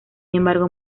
embargo